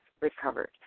recovered